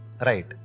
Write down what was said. Right